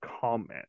comment